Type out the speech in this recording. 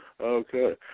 okay